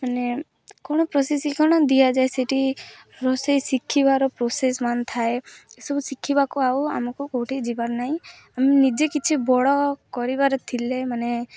ମାନେ କ'ଣ ପ୍ରଶିକ୍ଷଣ ଦିଆଯାଏ ସେଇଠି ରୋଷେଇ ଶିଖିବାର ପ୍ରୋସେସ୍ ମାନ ଥାଏ ଏସବୁ ଶିଖିବାକୁ ଆଉ ଆମକୁ କେଉଁଠି ଯିବାର ନାହିଁ ଆମେ ନିଜେ କିଛି ବଡ଼ କରିବାର ଥିଲେ ମାନେ